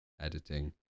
editing